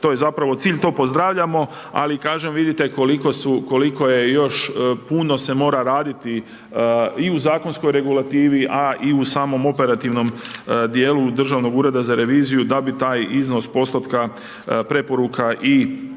to je zapravo cilj, to pozdravljamo, ali kažem vidite koliko je još puno se mora raditi i u zakonskoj regulativi, a i u samom operativnom dijelu Državnog ureda za reviziju, da bi taj iznos postotka, preporuka i naloga,